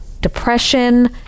depression